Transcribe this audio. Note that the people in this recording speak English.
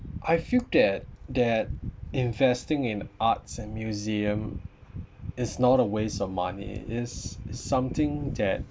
I feel that that investing in arts and museum is not a waste of money it's something that